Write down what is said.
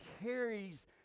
carries